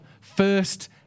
first